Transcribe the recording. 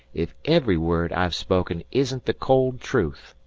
if every word i've spoken isn't the cold truth.